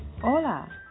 hola